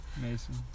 Mason